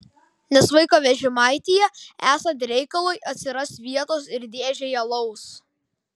nes vaiko vežimaityje esant reikalui atsiras vietos ir dėžei alaus